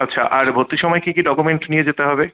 আচ্ছা আর ভর্তির সময় কী কী ডকুমেন্ট নিয়ে যেতে হবে